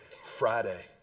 Friday